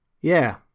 Yeah